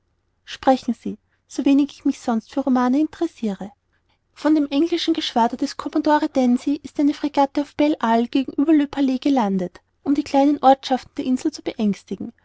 sprechen sie so wenig ich mich sonst für romane interessire von dem englischen geschwader des commodore dancy ist eine fregatte auf belle isle gegenüber le palais gelandet um die kleinen ortschaften der insel zu beängstigen